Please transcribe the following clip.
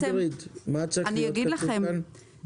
מה צריך להיות כתוב כאן?